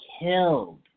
killed